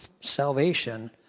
salvation